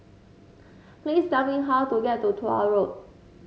please tell me how to get to Tuah Road